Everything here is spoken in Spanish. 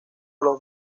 los